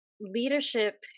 leadership